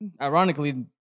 Ironically